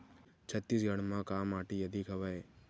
छत्तीसगढ़ म का माटी अधिक हवे?